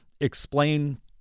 Explain